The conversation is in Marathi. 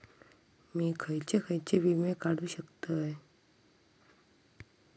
मी खयचे खयचे विमे काढू शकतय?